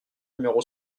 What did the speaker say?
numéro